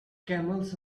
camels